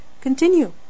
continue